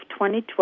2012